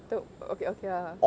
oh okay okay lah